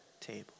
table